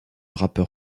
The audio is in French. rappeur